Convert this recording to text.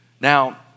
Now